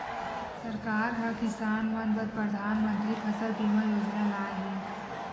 सरकार ह किसान मन बर परधानमंतरी फसल बीमा योजना लाए हे